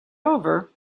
over